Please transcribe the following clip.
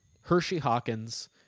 Hershey-Hawkins